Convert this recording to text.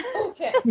okay